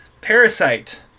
Parasite